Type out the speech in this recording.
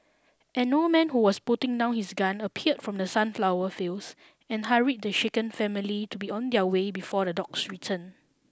an old man who was putting down his gun appeared from the sunflower fields and hurried the shaken family to be on their way before the dogs return